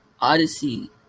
Odyssey